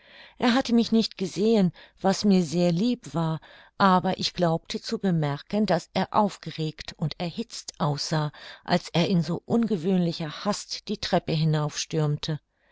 er hatte mich nicht gesehen was mir sehr lieb war ich aber glaubte zu bemerken daß er aufgeregt und erhitzt aussah als er in so ungewöhnlicher hast die treppe